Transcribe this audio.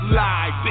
live